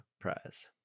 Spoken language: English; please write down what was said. prize